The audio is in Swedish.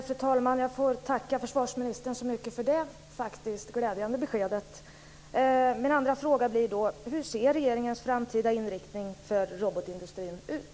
Fru talman! Jag får tacka försvarsministern så mycket för det glädjande beskedet. Min andra fråga blir då: Hur ser regeringens framtida inriktning för robotindustrin ut?